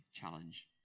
challenge